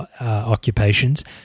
occupations